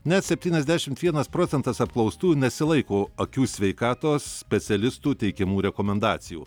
net septyniasdešimt vienas procentas apklaustųjų nesilaiko akių sveikatos specialistų teikiamų rekomendacijų